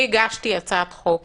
אני הגשתי הצעת חוק